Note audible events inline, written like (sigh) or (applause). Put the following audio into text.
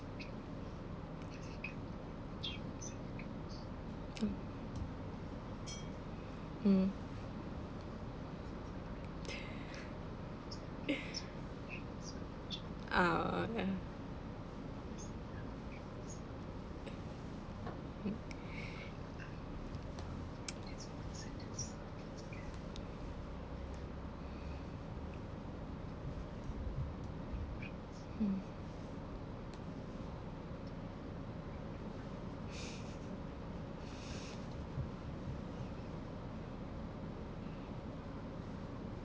mm mm (laughs) ah ya mm (breath) hmm (laughs)